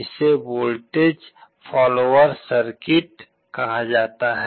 इसे voltage follower circuit कहा जाता है